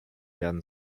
werden